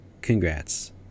congrats